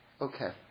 Okay